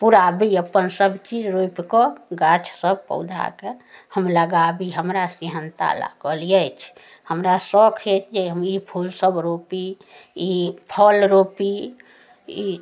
पुराबी अपन सभचीज रोइप कऽ गाछ सभ पौधा के हम लगाबी हमरा सेहेन्ता लागल अइछ हमरा शौख अइछ जे हम ई फूल सभ रोपी ई फल रोपी ई